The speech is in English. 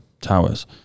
towers